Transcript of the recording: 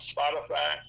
Spotify